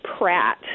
Pratt